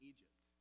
Egypt